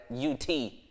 UT